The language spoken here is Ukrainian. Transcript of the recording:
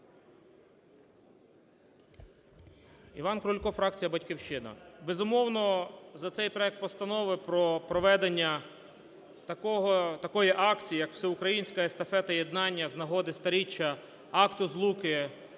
Іван Крулько, фракція "Батьківщина". Безумовно, за цей проект постанови про проведення такої акції як Всеукраїнська Естафета Єднання з нагоди 100-річчя Акта Злуки